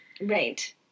Right